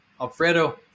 Alfredo